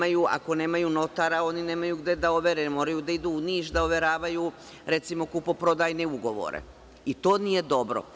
Ako nemaju notara, oni nemaju gde da overe, moraju da idu u Niš da overavaju, recimo, kupoprodajne ugovore i to nije dobro.